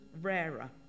rarer